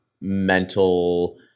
mental